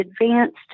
advanced